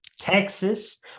Texas